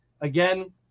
again